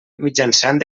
mitjançant